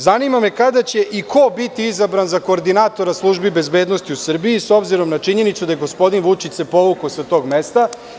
Zanima me kada će i ko biti izabran za koordinatora službi bezbednosti u Srbiji, s obzirom na činjenicu da se gospodin Vučić povukao sa tog mesta.